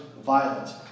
violence